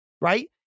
right